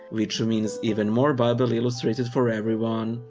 which means even more bible illustrated for everyone.